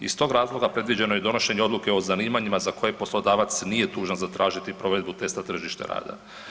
Iz tog razloga predviđeno je donošenje odluke o zanimanjima za koje poslodavac nije dužan zatražiti provedbu testa tržišta rada.